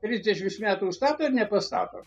trisdešimts metų stato ir nepastato